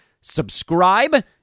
Subscribe